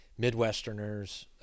Midwesterners